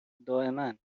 دائما